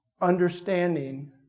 understanding